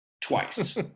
twice